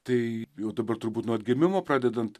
tai jau dabar turbūt nuo atgimimo pradedant